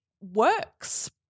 works